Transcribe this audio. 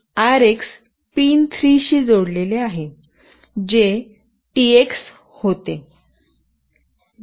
आणि RX pin 3 शी जोडलेले आहे जे टीएक्स होते